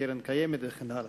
לקרן קיימת וכן הלאה.